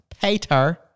Peter